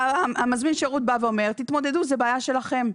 שהמזמין שירות בא ואומר 'תתמודדו, זו בעיה שלכם'.